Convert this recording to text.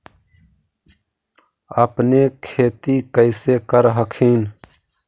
अपने खेती कैसे कर हखिन?